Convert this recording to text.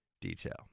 detail